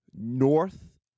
north